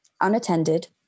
unattended